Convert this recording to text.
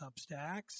Substacks